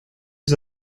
ils